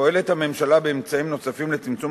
פועלת הממשלה באמצעים נוספים לצמצום